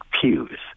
pews